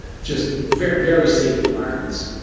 ah just very very safe environments.